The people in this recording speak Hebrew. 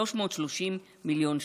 כ-330 מיליון שקלים.